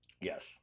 Yes